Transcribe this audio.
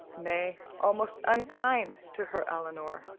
nay, almost unkind, to her elinor